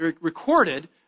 recorded